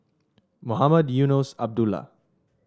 Mohamed Eunos Abdullah